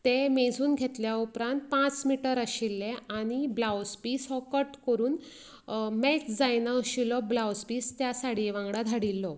तें मेजून घेतल्या उपरांत पांच मिटर आशिल्लें आनी ब्लावज पीस हो कट करून मॅच जायना अशिल्लो ब्लावज पीस त्या साडये वांगडा धाडिल्लो